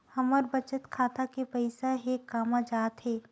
हमर बचत खाता के पईसा हे कामा जाथे?